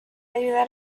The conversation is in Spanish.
ayudar